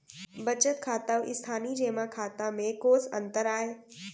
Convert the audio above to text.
बचत खाता अऊ स्थानीय जेमा खाता में कोस अंतर आय?